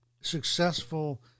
successful